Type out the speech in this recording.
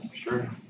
Sure